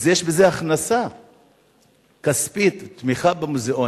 אז יש בזה הכנסה כספית, תמיכה במוזיאונים,